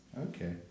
Okay